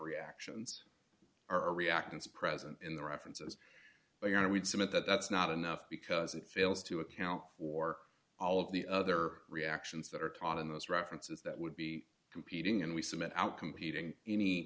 reactions or reactance present in the references but i want to read some of that that's not enough because it fails to account for all of the other reactions that are taught in those references that would be competing and we cement out competing any